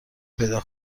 پیدا